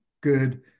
good